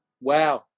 wow